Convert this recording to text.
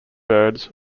birds